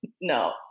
No